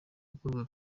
gukorwa